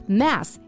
mass